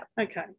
Okay